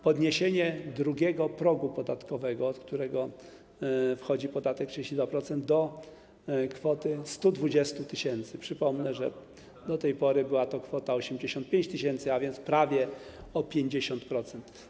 Po drugie, dzięki podniesieniu drugiego progu podatkowego, od którego wchodzi podatek 32%, do kwoty 120 tys. zł - przypomnę, że do tej pory była to kwota 85 tys. - a więc prawie o 50%.